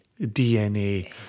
DNA